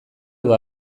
edo